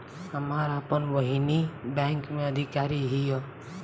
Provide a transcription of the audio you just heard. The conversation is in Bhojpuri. हमार आपन बहिनीई बैक में अधिकारी हिअ